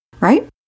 right